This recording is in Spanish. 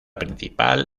principal